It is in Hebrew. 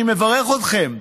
אני מברך אתכם.